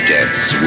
Death's